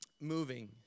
moving